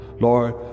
Lord